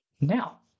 Now